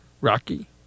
Rocky